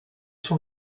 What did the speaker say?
sont